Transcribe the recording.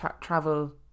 travel